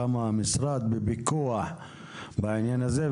כמה המשרד בפיקוח בעניין הזה.